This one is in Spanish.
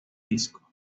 disco